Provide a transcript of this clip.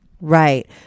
Right